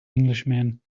englishman